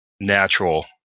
natural